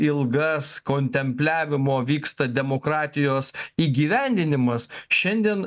ilgas kontempliavimo vyksta demokratijos įgyvendinimas šiandien